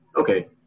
okay